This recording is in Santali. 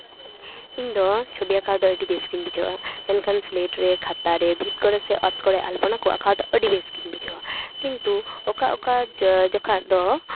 ᱤᱧ ᱫᱚ ᱪᱷᱚᱵᱤ ᱟᱸᱠᱟᱣ ᱫᱚ ᱟᱹᱰᱤ ᱵᱮᱥᱜᱤᱧ ᱵᱩᱡᱷᱟᱹᱣᱟ ᱢᱮᱱᱠᱷᱟᱱ ᱥᱤᱞᱮᱴ ᱨᱮ ᱠᱷᱟᱛᱟᱨᱮ ᱵᱷᱤᱛ ᱠᱚᱨᱮᱜ ᱥᱮ ᱚᱛ ᱠᱚᱨᱮᱜ ᱟᱞᱯᱚᱱᱟ ᱠᱚ ᱟᱸᱠᱟᱣ ᱫᱚ ᱟᱹᱰᱤ ᱵᱮᱥᱜᱤᱧ ᱵᱩᱡᱷᱟᱹᱣᱟ ᱠᱤᱱᱛᱩ ᱚᱠᱟ ᱚᱠᱟ ᱡᱚᱠᱷᱮᱜ ᱫᱚ ᱠᱤᱱᱛᱩ